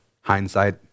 Hindsight